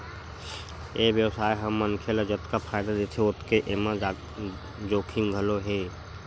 ए बेवसाय ह मनखे ल जतका फायदा देथे ओतके एमा जोखिम घलो हे